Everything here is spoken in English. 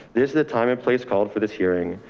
this is a time and place called for this hearing.